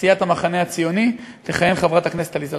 סיעת המחנה הציוני תכהן חברת הכנסת עליזה לביא.